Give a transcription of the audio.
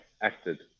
acted